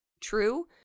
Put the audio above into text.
True